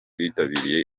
bitabiriye